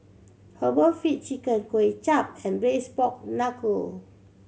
herbal feet chicken Kuay Chap and Braised Pork Knuckle